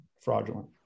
fraudulent